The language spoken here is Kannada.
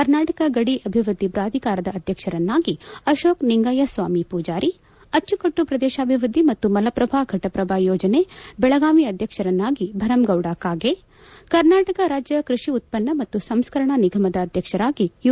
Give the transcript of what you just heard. ಕರ್ನಾಟಕ ಗಡಿ ಅಭಿವೃದ್ಧಿ ಪಾಧಿಕಾರದ ಅಧ್ಯಕ್ಷರನ್ನಾಗಿ ಆಶೋಕ್ ನಿಂಗಯ್ಯ ಸ್ವಾಮಿ ಪೂಜಾರಿ ಅಬ್ಜುಕಟ್ಟು ಪ್ರದೇಶಾಭಿವೃದ್ಧಿ ಮತ್ತು ಮಲಪ್ರಭ ಫಟಪ್ರಭ ಯೋಜನೆ ಬೆಳಗಾವಿಯ ಅಧ್ಯಕ್ಷರನ್ನಾಗಿ ಭರಮಗೌಡ ಕಾಗೆ ಬೆಂಗಳೂರು ಕರ್ನಾಟಕ ರಾಜ್ಯ ಕೃಷಿ ಉತ್ತನ್ನ ಮತ್ತು ಸಂಸ್ಕರಣ ನಿಗಮದ ಅಧ್ವಕ್ಷರಾಗಿ ಯು